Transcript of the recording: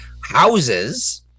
houses